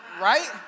Right